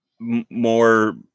more